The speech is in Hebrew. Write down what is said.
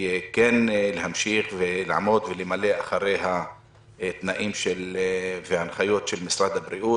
כן להמשיך ולמלא את התנאים וההנחיות של משרד הבריאות,